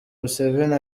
museveni